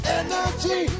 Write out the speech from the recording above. energy